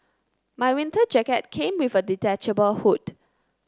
my winter jacket came with a detachable hood